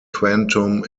quantum